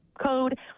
code